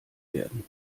werden